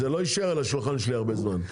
זה לא יישאר על השולחן שלי הרבה זמן.